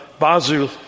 Bazul